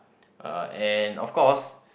uh and of course